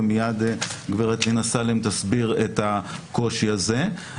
ומייד גב' לינא סאלם תסביר את הקושי הזה.